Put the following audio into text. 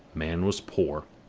man was poor,